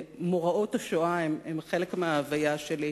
מוראות השואה הן חלק מההוויה שלי,